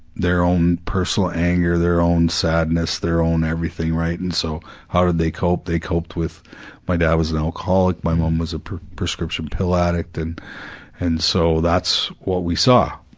their own personal personal anger, their own sadness, their own everything, right? and so, how did they cope? they coped with my dad was an alcoholic, my mom was a prescription pill addict, and and so that's what we saw.